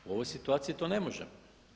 U ovoj situaciji to ne možemo.